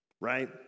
right